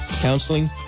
Counseling